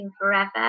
forever